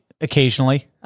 Occasionally